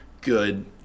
good –